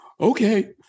Okay